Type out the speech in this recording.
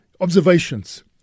observations